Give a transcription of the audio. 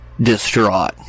distraught